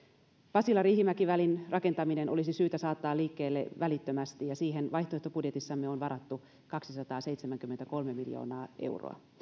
pasila riihimäki välin rakentaminen olisi syytä saattaa liikkeelle välittömästi ja siihen vaihtoehtobudjetissamme on varattu kaksisataaseitsemänkymmentäkolme miljoonaa euroa